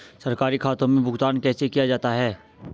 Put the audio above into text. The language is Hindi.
सरकारी खातों में भुगतान कैसे किया जाता है?